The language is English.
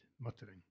muttering